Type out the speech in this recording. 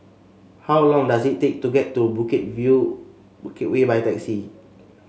how long does it take to get to Bukit View Bukit Way by taxi